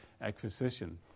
acquisition